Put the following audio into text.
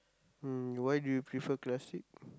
mm why do you prefer classic